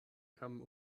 kamen